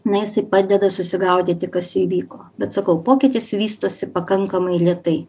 na jisai padeda susigaudyti kas įvyko bet sakau pokytis vystosi pakankamai lėtai